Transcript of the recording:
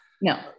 no